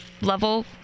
level